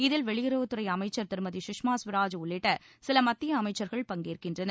இதில் வெளியுறவுத்துறை அமைச்சர் சுஷ்மா ஸ்வராஜ் உள்ளிட்ட சில மத்திய அமைச்சர்கள் பங்கேற்கின்றனர்